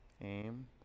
Aim